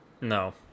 No